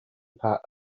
part